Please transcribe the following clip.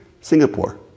singapore